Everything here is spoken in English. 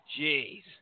Jeez